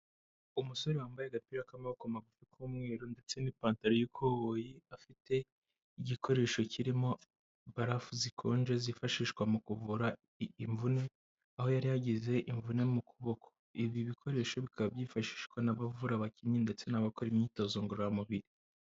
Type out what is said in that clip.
Umusore wambaye agapira k'amaboko magufi k'umweru ndetse n'ipantaro y'ikoboyi, afite igikoresho kirimo barafu zikonje zifashishwa mu kuvura imvune aho yari yageze imvune mu kuboko. Ibi bikoresho bikaba byifashishwa n'abavura abakinnyi ndetse n'abakora imyitozo ngororamubiri.